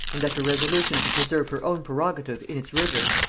and that her resolution to preserve her own prerogative in its rigor,